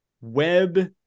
web